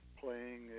Playing